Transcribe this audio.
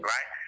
Right